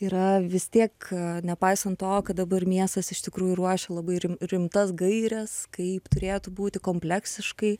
yra vis tiek nepaisant to kad dabar miestas iš tikrųjų ruošia labai rimtas gaires kaip turėtų būti kompleksiškai